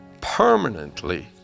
permanently